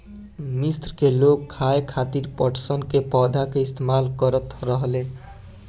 मिस्र के लोग खाये खातिर पटसन के पौधा के इस्तेमाल करत रहले